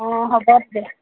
অঁ হ'ব তে